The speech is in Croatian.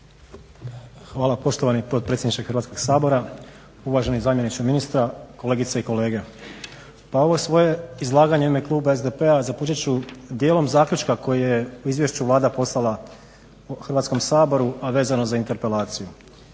Hvala poštovani potpredsjedniče Hrvatskog sabora, uvaženi zamjeniče ministra, kolegice i kolege. Pa ovo svoje izlaganje u ime kluba SDP-a započet ću dijelom zaključka koji je u izvješću Vlada poslala Hrvatskom saboru, a vezano za interpelaciju.